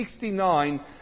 69